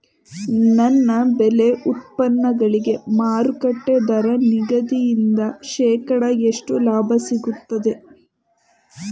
ನನ್ನ ಬೆಳೆ ಉತ್ಪನ್ನಗಳಿಗೆ ಮಾರುಕಟ್ಟೆ ದರ ನಿಗದಿಯಿಂದ ಶೇಕಡಾ ಎಷ್ಟು ಲಾಭ ಸಿಗುತ್ತದೆ?